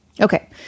Okay